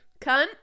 cunt